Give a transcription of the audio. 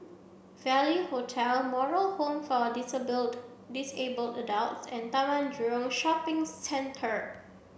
Value Hotel Moral Home for Dispute Disabled Adults and Taman Jurong Shopping Centre